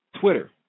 Twitter